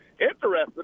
interested